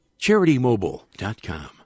CharityMobile.com